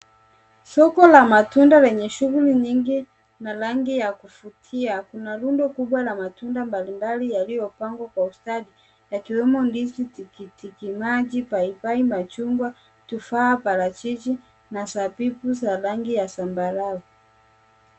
Soko la matunda lenye shughuli nyingi na rangi ya kuvutia. Kuna rundo kubwa la matunda mbalimbali yaliyopangwa kwa ustadi yakiwemo ndizi, tikitimaji, paipai, machungwa, tufaha, parachichi na zabibu za rangi ya zambarau.